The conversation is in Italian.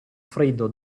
freddo